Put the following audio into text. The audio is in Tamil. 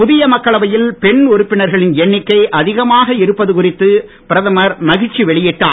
புதிய மக்களவையில் பெண் உறுப்பினர்களின் எண்ணிக்கை அதிகமாக இருப்பது குறித்து பிரதமர் மகிழ்ச்சி வெளியிட்டார்